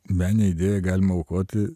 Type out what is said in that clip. meninę idėją galima aukoti